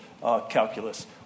calculus